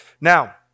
Now